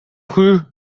rue